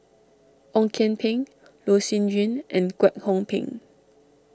Ong Kian Peng Loh Sin Yun and Kwek Hong Png